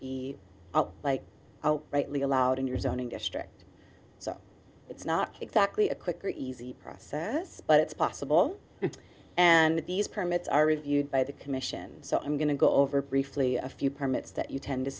be like rightly allowed in your zoning district so it's not exactly a quick or easy process but it's possible and these permits are reviewed by the commission so i'm going to go over briefly a few permits that you tend to